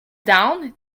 down